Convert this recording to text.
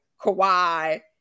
Kawhi